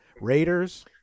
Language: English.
Raiders